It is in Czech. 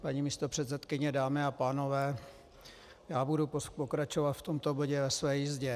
Paní místopředsedkyně, dámy a pánové, já budu pokračovat v tomto bodě ve své jízdě.